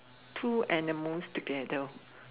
two animals together